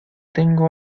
tengo